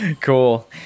Cool